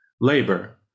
labor